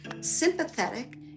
Sympathetic